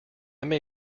may